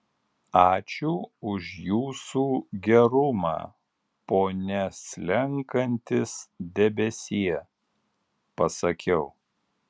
ačiū už jūsų gerumą pone slenkantis debesie pasakiau